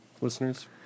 listeners